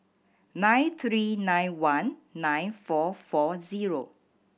nine three nine one nine four four zero